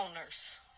owners